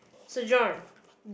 so John